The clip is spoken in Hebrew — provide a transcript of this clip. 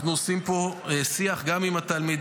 אנחנו עושים פה שיח גם עם התלמידים,